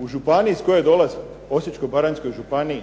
iz županije koje dolazim Osječko-baranjskoj županiji